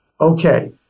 okay